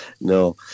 no